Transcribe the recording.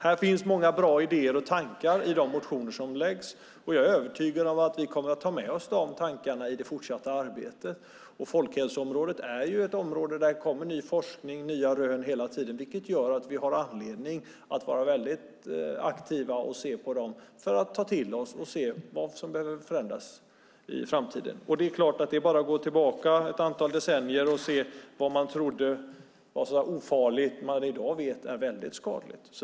Här finns många bra idéer och tankar i de motioner som läggs fram. Jag är övertygad om vi kommer att ta med oss de tankarna i det fortsatta arbetet. Folkhälsoområdet är ett område där det kommer ny forskning och nya rön hela tiden. Jag tycker att vi har anledning att vara väldigt aktiva, ta till oss detta och se vad som behöver förändras i framtiden. Det är bara att gå tillbaka ett antal decennier och se vad man då trodde vad ofarligt men som man i dag vet är väldigt skadligt.